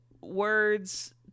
words